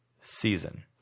season